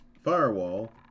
firewall